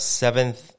seventh